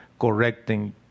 correcting